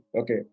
Okay